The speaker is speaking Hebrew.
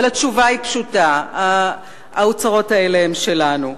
אבל התשובה היא פשוטה: האוצרות האלה הם שלנו.